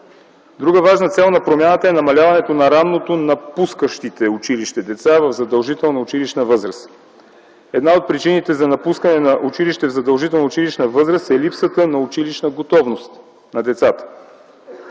Друга важна цел на промяната е намаляването на ранно напускащите училище деца в задължителна училищна възраст. Една от причините за напускане на училище в задължителна училищна възраст е липсата на училищна готовност на децата.